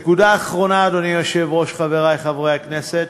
נקודה אחרונה, אדוני היושב-ראש, חברי חברי הכנסת,